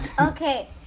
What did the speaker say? Okay